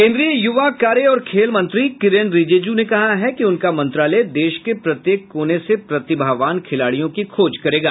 केंद्रीय युवा कार्य और खेल मंत्री किरेन रिजिजू ने कहा है कि उनका मंत्रालय देश के प्रत्येक कोने से प्रतिभावान खिलाडियों की खोज करेगा